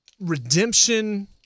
redemption